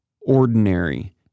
ordinary